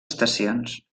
estacions